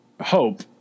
hope